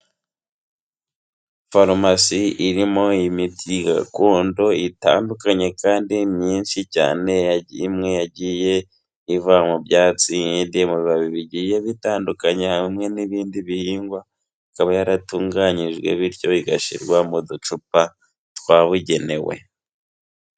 Farumasi irimo imiti gakondo itandukanye kandi myinshi cyane yagi imwe yagiye iva mu byatsi indi mu bibabi bigiye bitandukanye hamwe n'ibindi bihingwa, ikaba yaratunganyijwe bityo bigashyirwa mu ducupa twabugenewe.